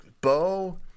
Bo